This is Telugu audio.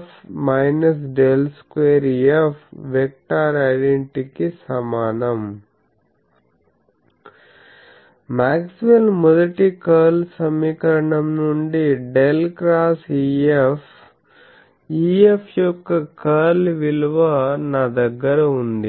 F ∇2 F వెక్టార్ ఐడెంటిటీ కి సమానం మాక్స్వెల్ మొదటి కర్ల్ సమీకరణం నుండి ∇ XEF EF యొక్క కర్ల్ విలువ నా దగ్గర ఉంది